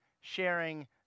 sharing